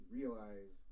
realize